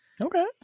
okay